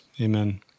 Amen